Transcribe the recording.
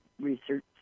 research